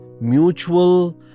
mutual